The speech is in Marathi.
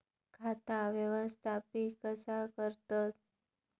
खाता व्यवस्थापित कसा करतत?